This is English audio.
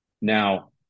Now